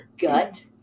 gut